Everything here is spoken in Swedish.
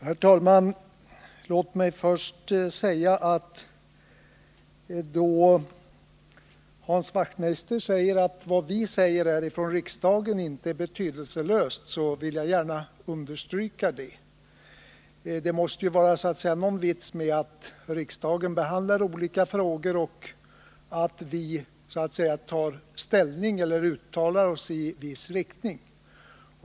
Herr talman! Låt mig först säga att jag gärna vill understryka Hans Wachtmeisters uttalande att vad vi säger här i riksdagen inte är betydelselöst. Det måste ju vara någon mening med att riksdagen behandlar olika frågor och att vi tar ställning eller uttalar oss i en viss riktning.